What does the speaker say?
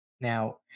Now